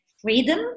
Freedom